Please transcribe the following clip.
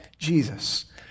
Jesus